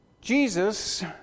Jesus